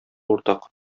уртак